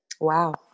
Wow